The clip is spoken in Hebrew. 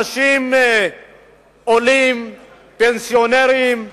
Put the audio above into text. עולים, פנסיונרים,